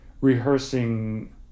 rehearsing